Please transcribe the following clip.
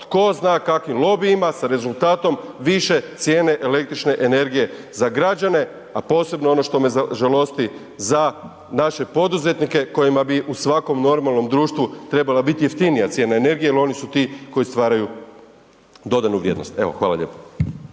tko zna kakvim lobijima sa rezultatom više cijene električne energije za građane a posebno ono što me žalosti za naše poduzetnike kojima bi u svakom normalnom društvu trebala biti jeftinija cijena energije jer oni su ti koji stvaraju dodanu vrijednost. Evo, hvala lijepo.